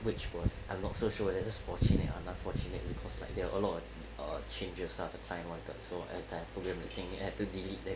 which was I'm not so sure whether is this fortunate or unfortunate because like there are a lot of err changes lah the client wanted so at the project meeting I had to delete them